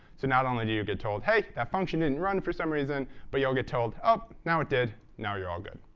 so not only do you get told, hey, that function didn't run for some reason but you'll get told, oh, now it did. now you're all good.